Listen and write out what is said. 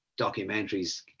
documentaries